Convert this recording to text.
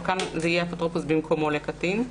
וכאן זה יהיה אפוטרופוס במקומו לקטין.